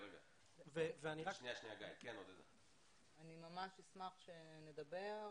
גיא, אני ממש אשמח שנדבר.